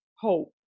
hope